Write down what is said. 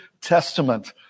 Testament